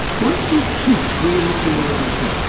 what does keith really see around him?